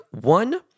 one